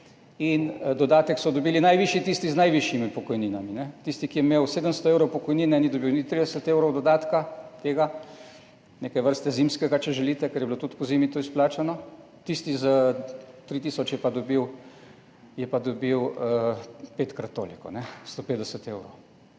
dodatek so dobili tisti z najvišjimi pokojninami. Tisti, ki je imel 700 evrov pokojnine, ni dobil niti 30 evrov tega dodatka, neke vrste zimskega, če želite, ker je bilo tudi pozimi to izplačano, tisti s 3 tisoč je pa dobil petkrat toliko, 150 evrov.